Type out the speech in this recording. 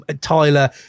Tyler